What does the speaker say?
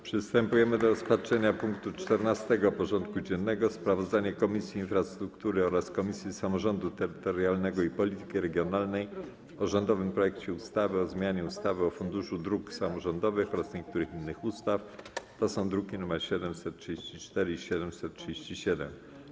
Przystępujemy do rozpatrzenia punktu 14. porządku dziennego: Sprawozdanie Komisji Infrastruktury oraz Komisji Samorządu Terytorialnego i Polityki Regionalnej o rządowym projekcie ustawy o zmianie ustawy o Funduszu Dróg Samorządowych oraz niektórych innych ustaw (druki nr 734 i 737)